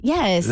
Yes